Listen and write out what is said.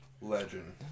legend